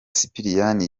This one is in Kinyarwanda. sipiriyani